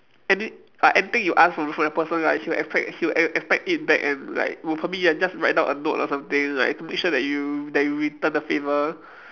any~ uh anything you ask from from that person right he would expect he would e~ expect it back and like would probably like just write down a note or something like to make sure that you that you return the favor